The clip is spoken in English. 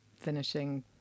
finishing